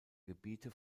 gebiete